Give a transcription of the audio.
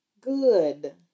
good